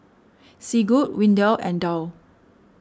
Sigurd Windell and Dow